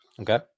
Okay